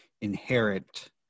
inherit